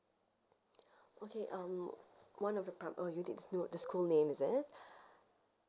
okay um one of the prim~ oh you need to know the school name is it